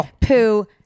poo